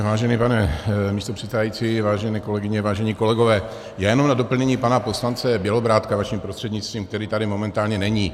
Vážený pane místopředsedo, vážené kolegyně, vážení kolegové, já jenom na doplnění pana poslance Bělobrádka vaším prostřednictvím, který tady momentálně není.